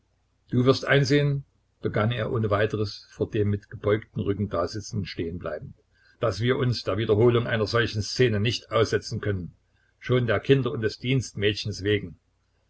du wirst einsehen begann er ohne weiteres vor dem mit gebeugtem rücken dasitzenden stehen bleibend daß wir uns der wiederholung einer solchen szene nicht aussetzen können schon der kinder und des dienstmädchens wegen